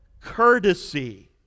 courtesy